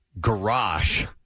garage